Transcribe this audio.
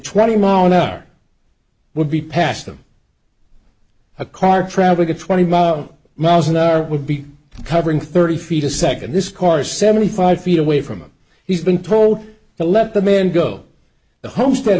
twenty mile an hour would be past them a car traveling at twenty miles miles an hour would be covering thirty feet a second this car seventy five feet away from him he's been told to let the man go the homestead